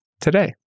today